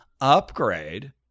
upgrade